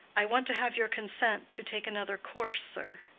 i want to have your consent to take another course, sir.